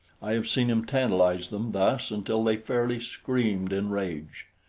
i have seen him tantalize them thus until they fairly screamed in rage.